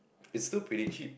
it's still pretty cheap